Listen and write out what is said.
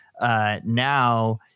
now